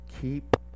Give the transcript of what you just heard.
keep